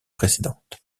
précédentes